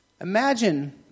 Imagine